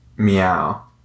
Meow